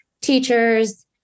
teachers